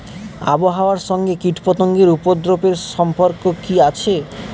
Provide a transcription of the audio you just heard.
আবহাওয়ার সঙ্গে কীটপতঙ্গের উপদ্রব এর সম্পর্ক কি আছে?